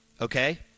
Okay